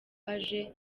aje